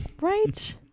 right